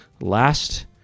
last